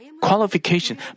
qualification